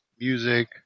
music